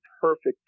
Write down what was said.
perfect